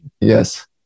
Yes